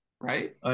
right